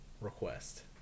request